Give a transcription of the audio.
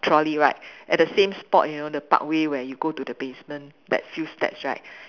trolley right at the same spot you know the parkway where we go to the basement that few steps right